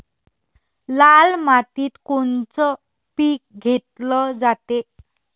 लाल मातीत कोनचं पीक घेतलं जाते?